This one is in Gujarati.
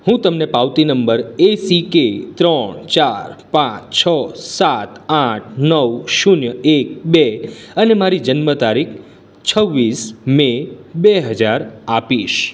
હું તમને પાવતી નંબર એ સી કે ત્રણ ચાર પાંચ છ સાત આઠ નવ શૂન્ય એક બે અને મારી જન્મ તારીખ છવ્વીસ મે બે હજાર આપીશ